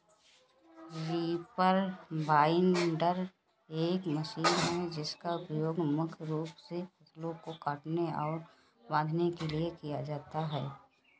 reaper binder एक machine है जिसका उपयोग मुख्य रूप से फसलों को काटने और बांधने के लिए किया जाता है